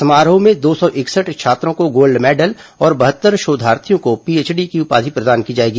समारोह में दो सौ इकसठ छात्रों को गोल्ड मैडल और बहत्तर शोधार्थियों को पीएचडी की उपाधि प्रदान की जाएगी